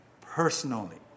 personally